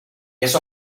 eso